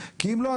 כי אם לא,